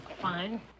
Fine